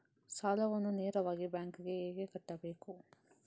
ಸಾಲವನ್ನು ನೇರವಾಗಿ ಬ್ಯಾಂಕ್ ಗೆ ಹೇಗೆ ಕಟ್ಟಬೇಕು?